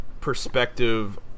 perspective